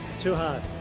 too hard.